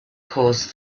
caused